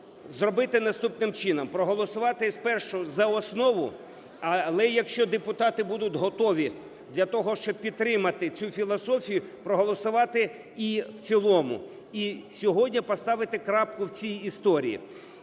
зробити наступним чином, проголосувати спершу за основу, але, якщо депутати будуть готові для того, щоб підтримати цю філософію проголосувати і в цілому. І сьогодні поставити крапку в цій історії.